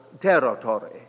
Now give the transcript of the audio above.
territory